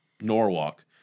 norwalk